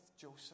Joseph